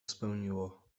spełniło